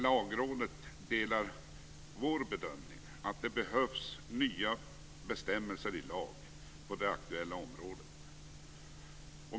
Lagrådet delar vår bedömning att det behövs nya bestämmelser i lag på det aktuella området.